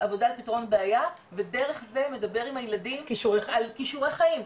עבודת פתרון בעיה ודרך זה מדבר עם הילדים על כישורי חיים,